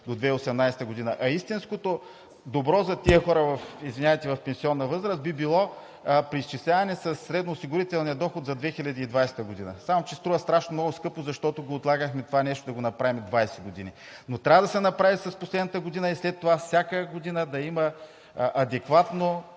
до 2018 г., а истинското добро за тези хора – извинявайте, в пенсионна възраст би било преизчисляване със средния осигурителния доход за 2020 г. Само че струва страшно много скъпо, защото отлагахме това нещо да го направим 20 години, но трябва да се направи с последната година и след това всяка година да има адекватно